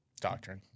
doctrine